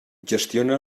gestiona